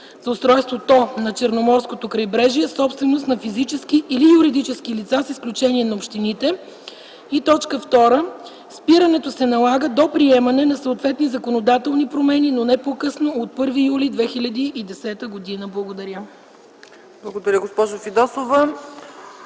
за устройството на Черноморското крайбрежие – собственост на физически или юридически лица, с изключение на общините. 2. Спирането се налага до приемане на съответни законодателни промени, но не по-късно от 1 юли 2010 г.” Благодаря. ПРЕДСЕДАТЕЛ ЦЕЦКА